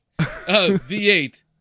V8